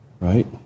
right